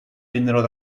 vennero